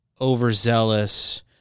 overzealous